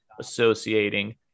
associating